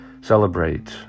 celebrate